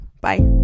Bye